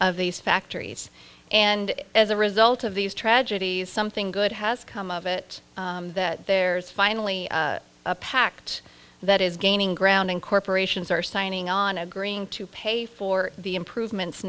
of these factories and as a result of these tragedies something good has come of it that there's finally a pact that is gaining ground and corporations are signing on agreeing to pay for the improvements